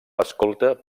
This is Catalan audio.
escolta